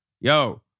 yo